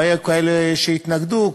והיו כאלה שהתנגדו,